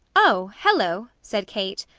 oh! hello! said kate.